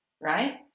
right